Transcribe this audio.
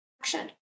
action